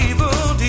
Evil